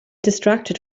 distracted